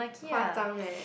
夸张 leh